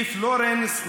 היא פלורנס,